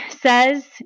says